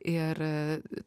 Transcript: ir